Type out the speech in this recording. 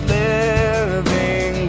living